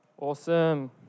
Awesome